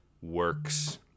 works